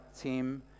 team